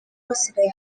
wasigaye